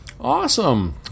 Awesome